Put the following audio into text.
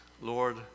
Lord